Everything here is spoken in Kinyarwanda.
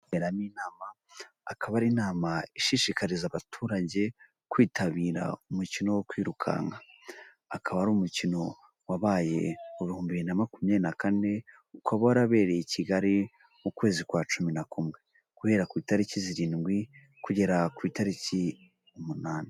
Akaba ari inama ishishikariza abaturage kwitabira umukino wo kwirukanka, akaba ari umukino wabaye mu bihumbi bibiri na makumyabiri na kane, ukaba warabereye i Kigali ukwezi kwa cumi na kumwe guhera ku itariki zirindwi kugera ku itariki umunani.